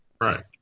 Right